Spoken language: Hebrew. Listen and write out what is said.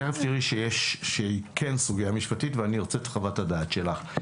את תכף תראי שהיא כן סוגיה משפטית ואני ארצה את חוות הדעת שלך.